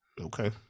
Okay